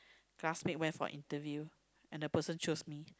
classmate when for interview and the person choose me